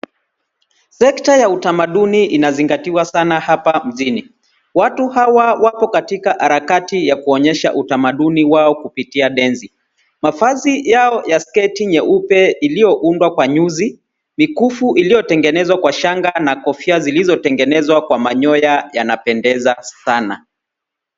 Sekta ya utamaduni inazingatiwa sana hapa mjini. Watu hawa wapo katika harakati ya kuonyesha utamaduni wao kupitia densi. Mavazi yao ya sketi nyeupe iliyoundwa kwa nyuzi, mikufu iliyotengenezwa kwa shanga na kofia zilizotengenezwa kwa manyoya yanapendeza sana.